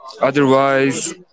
Otherwise